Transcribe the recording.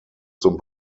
zum